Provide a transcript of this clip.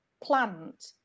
plant